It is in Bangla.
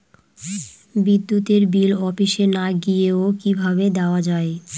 বিদ্যুতের বিল অফিসে না গিয়েও কিভাবে দেওয়া য়ায়?